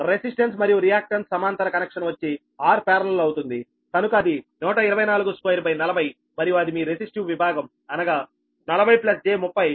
resistance మరియు reactance సమాంతర connection వచ్చి Rparallel అవుతుంది కనుక అది 1242 40 మరియు అది మీ రెసిస్టివ్ విభాగం అనగా 40 j 30